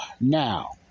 now